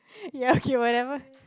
ya okay whatever